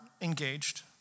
engaged